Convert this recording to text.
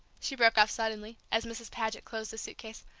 she broke off suddenly, as mrs. paget closed the suitcase.